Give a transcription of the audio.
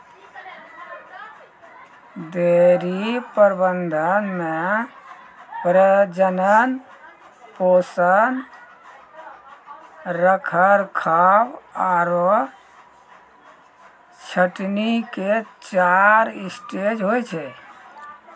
dairy प्रबंधन मॅ प्रजनन, पोषण, रखरखाव आरो छंटनी के चार स्टेज होय छै